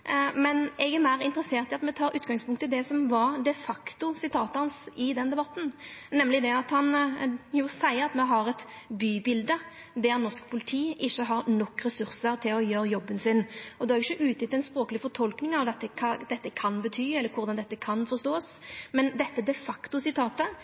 Men eg er meir interessert i at me tek utgangspunkt i det som de facto var sitatet hans i den debatten, nemleg det at han seier at me har eit bybilde der norsk politi ikkje har nok ressursar til å gjera jobben sin. Då er eg ikkje ute etter ei språkleg fortolking av kva dette kan bety eller korleis det kan